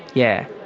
yeah.